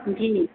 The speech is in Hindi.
जी